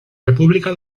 república